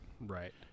right